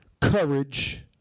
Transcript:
courage